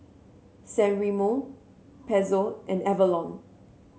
San Remo Pezzo and Avalon